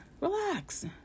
relax